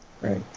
Right